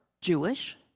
Jewish